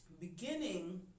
beginning